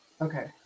okay